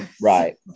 Right